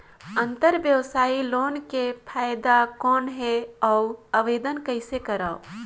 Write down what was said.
अंतरव्यवसायी लोन के फाइदा कौन हे? अउ आवेदन कइसे करव?